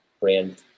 brand